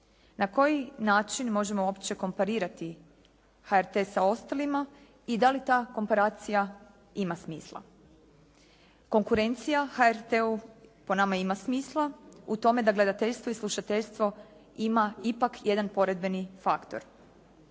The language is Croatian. Na koji način možemo uopće komparirati HRT sa ostalima i da li ta komparacija ima smisla? Konkurencija HRT-u po nama ima smisla u tome da gledateljstvo i slušateljstvo ima ipak jedan poredbeni faktor.